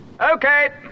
Okay